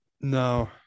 No